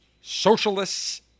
Socialists